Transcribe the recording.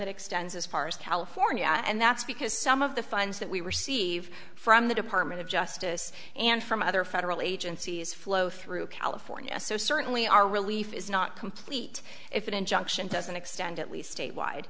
that extends as far as california and that's because some of the fines that we receive from the department of justice and from other federal agencies flow through california so certainly our relief is not complete if an injunction doesn't extend at least statewide